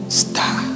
star